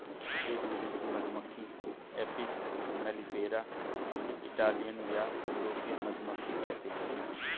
एक विदेशी मधुमक्खी एपिस मेलिफेरा जिसे इटालियन या यूरोपियन मधुमक्खी कहते है